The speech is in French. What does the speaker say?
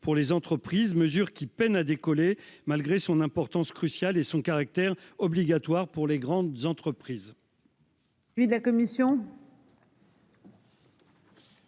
pour les entreprises. Mesure qui peine à décoller, malgré son importance cruciale et son caractère obligatoire pour les grandes entreprises.--